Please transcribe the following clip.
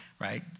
right